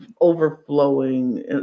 overflowing